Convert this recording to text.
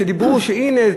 שדיברו שהנה,